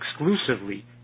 exclusively